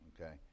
okay